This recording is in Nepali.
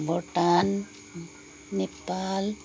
भुटान नेपाल